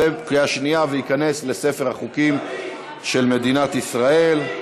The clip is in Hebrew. ותיכנס לספר החוקים של מדינת ישראל.